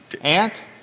Aunt